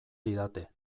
didate